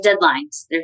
deadlines